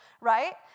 right